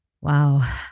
Wow